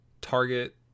target